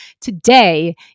today